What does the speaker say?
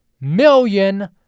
million